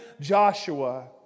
Joshua